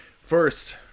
First